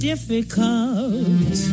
difficult